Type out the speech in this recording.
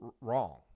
wrong